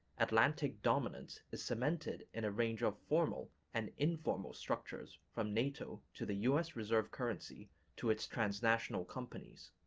atlantic dominance is cemented in a range of formal and informal structures from nato to the us reserve currency to its transnational companies.